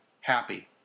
happy